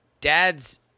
dad's